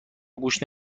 گوش